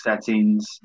settings